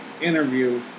interview